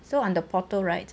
so on the portal right